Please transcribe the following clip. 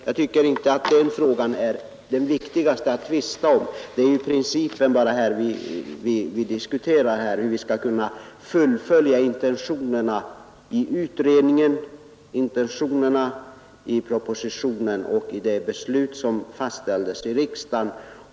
Jag tycker att det viktigaste är hur vi skall kunna fullfölja intentionerna i utredningen, intentionerna i propositionen och i det beslut som fastlades i riksdagen.